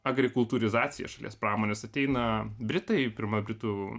agrikultūrizacija šalies pramonės ateina britai pirma britų